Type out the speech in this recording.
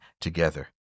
together